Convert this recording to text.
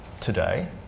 today